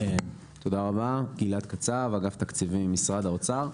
תודה רבה, גלעד קצב אגף תקציבים, משרד האוצר.